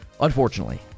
Unfortunately